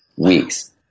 weeks